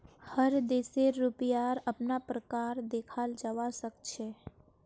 हर देशेर रुपयार अपना प्रकार देखाल जवा सक छे